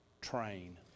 train